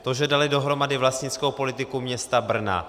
To, že dali dohromady vlastnickou politiku města Brna.